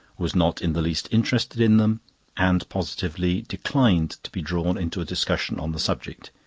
was not in the least interested in them and positively declined to be drawn into a discussion on the subject,